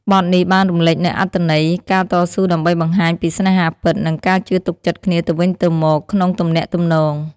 បទនេះបានរំលេចនូវអត្ថន័យនៃការតស៊ូដើម្បីបង្ហាញពីស្នេហាពិត និងការជឿទុកចិត្តគ្នាទៅវិញទៅមកក្នុងទំនាក់ទំនង។